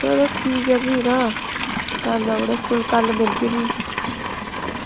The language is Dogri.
चलो ठीक ऐ भी तां कल्ल औना स्कूल कल्ल मिलगे भी